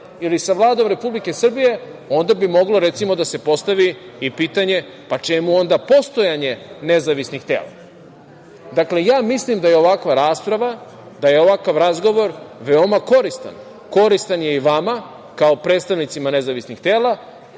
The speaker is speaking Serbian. ili sa Vladom Republike Srbije, onda bi moglo, recimo, da se postavi i pitanje čemu onda postojanje nezavisnih tela? Dakle, mislim da je ovakva rasprava, da je ovakav razgovor veoma koristan. Koristan je i vama kao predstavnicima nezavisnih tela,